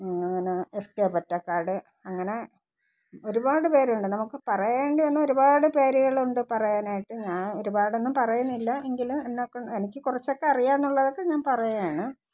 ന് S K Pottekkatt അങ്ങനെ ഒരുപാട് പേരുണ്ട് നമുക്ക് പറയേണ്ടിവന്നാൽ ഒരുപാട് പേരുകളുണ്ട് പറയാനായിട്ട് ഞാൻ ഒരുപടൊന്നും പറയുന്നില്ല എങ്കിലും എന്നെക്കൊണ്ട് എനിക്ക് കുറച്ചൊക്കെ അറിയാമെന്നുള്ളതൊക്കെ ഞാൻ പറയുകയാണ്